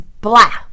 blah